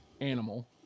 animal